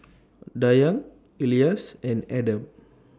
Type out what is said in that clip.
Dayang Elyas and Adam